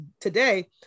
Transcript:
today